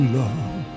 love